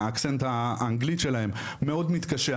המבטא האנגלי שלהם מאוד מתקשה.